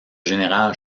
général